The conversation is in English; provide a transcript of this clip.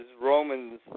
Roman's